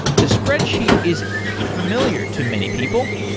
the spreadsheet is familiar to many people.